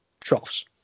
troughs